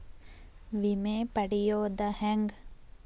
ವಿಮೆ ಪಡಿಯೋದ ಹೆಂಗ್?